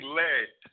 led